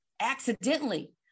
accidentally